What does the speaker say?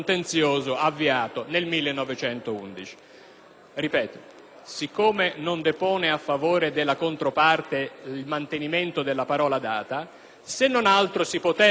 Ripeto, siccome non depone a favore della controparte il mantenimento della parola data, se non altro si potrebbe - e abbiamo ancora